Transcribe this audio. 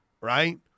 right